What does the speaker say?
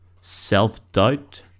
self-doubt